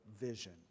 vision